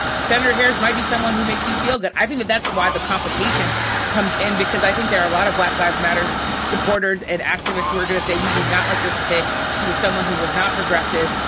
senator harris might be someone who makes you feel good. i think that that's why the complication comes in, because i think there are a lot of black lives matter supporters and activists who are gonna say, we do not like this pick. she was someone who was not progressive.